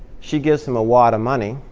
she gives him a wad of money.